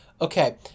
Okay